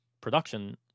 production